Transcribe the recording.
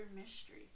Mystery